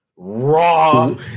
raw